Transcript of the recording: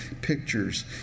pictures